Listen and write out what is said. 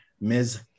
Ms